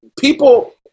people